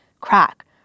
crack